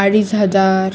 अडीच हजार